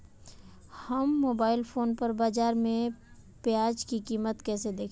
हम mobile phone पर बाज़ार में प्याज़ की कीमत कैसे देखें?